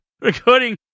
recording